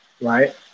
right